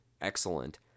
excellent